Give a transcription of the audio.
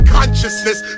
consciousness